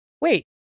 wait